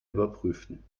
überprüfen